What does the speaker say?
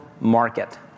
market